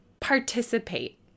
participate